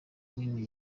nini